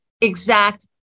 exact